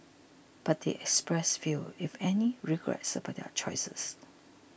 but they expressed few if any regrets about their choices